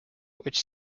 which